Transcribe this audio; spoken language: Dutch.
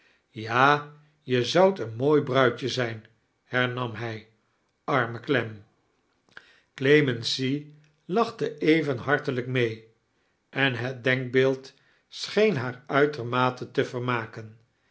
ja je zoudt een mooi bruidje zijn hernam hij airme clem clemency lachte even hartelijk mee en het denkbeeld scheen haar uitearmate te vermaken